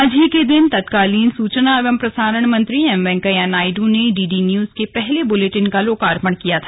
आज ही के दिन तत्कालीन सूचना एवं प्रसारण मंत्री एम वेंकैया नायडू ने डीडी न्यूज के पहले बुलेटिन का लोकार्पण किया था